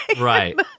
Right